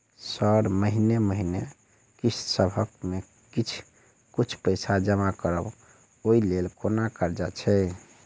Sir महीने महीने किस्तसभ मे किछ कुछ पैसा जमा करब ओई लेल कोनो कर्जा छैय?